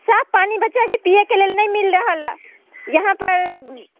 साफ पानि बच्चाके पिएके लेल नहि मिल रहल हइ यहाँपर